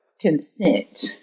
consent